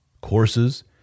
courses